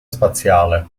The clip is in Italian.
spaziale